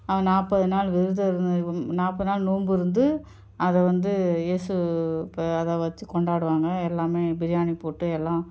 அவ நாற்பது நாள் விரதம் இரு நாற்பது நாள் நோன்பு இருந்து அதை வந்து ஏசு இப்போ அதை வைச்சு கொண்டாடுவாங்க எல்லாமே பிரியாணி போட்டு எல்லாம்